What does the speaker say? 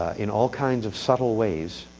in all kinds of subtle ways